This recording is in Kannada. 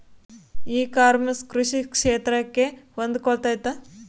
ಇ ಕಾಮರ್ಸ್ ಕೃಷಿ ಕ್ಷೇತ್ರಕ್ಕೆ ಹೊಂದಿಕೊಳ್ತೈತಾ?